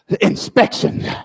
inspection